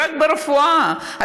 רק ברפואה,